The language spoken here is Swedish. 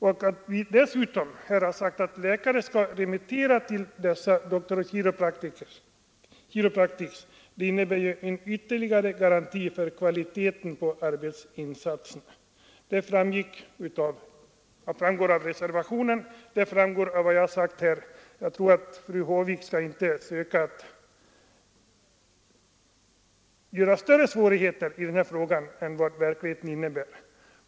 Det framgår dessutom klart att vi har sagt att läkare skall remittera till dessa Doctors of Chiropractic, vilket innebär ytterligare garanti för kvalitet på arbetsinsatserna. Allt detta framgår av reservationen och av vad jag sagt här. Fru Håvik skall inte försöka göra större svårigheter i denna fråga än det verkligen finns.